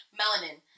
melanin